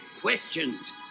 questions